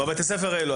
בבתי הספר האלה,